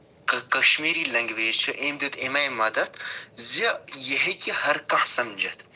کانٛہہ کَشمیٖرِ لٮ۪نٛگوٮ۪ج سُہ أمۍ دیُت اَمہِ آیہِ مَدتھ زِ یہِ ہیٚکہِ ہَر کانہہ سَمجِتھ